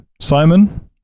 Simon